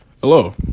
Hello